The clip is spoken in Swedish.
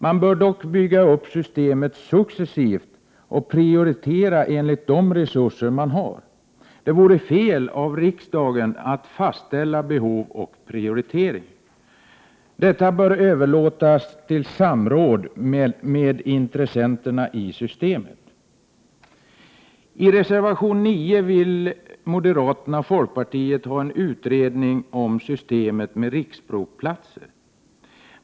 Man bör dock bygga upp systemet successivt och prioritera enligt de resurser man har. Det vore fel av riksdagen att fastställa behov och prioritering; detta bör överlåtas till samråd med intressenterna i systemet. I reservation 9 vill moderaterna och folkpartiet ha en utredning om systemet med riksprovplatser.